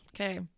Okay